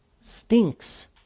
stinks